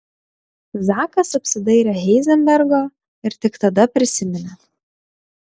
zakas apsidairė heizenbergo ir tik tada prisiminė